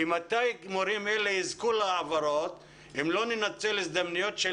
מתי המורים האלה יזכו להעברות אם לא ננצל הזדמנויות של